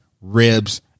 ribs